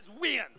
win